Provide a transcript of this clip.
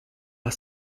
are